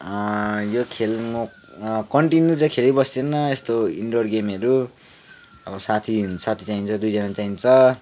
यो खेल म कन्टिन्यु चाहिँ खेलिबस्दिनँ यस्तो इन्डोर गेमहरू अब साथी साथी चाहिन्छ दुईजना चाहिन्छ